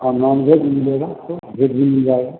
हाँ non veg मिलेगा आपको वेज भी मिल जाएगा